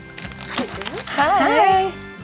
Hi